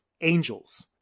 angels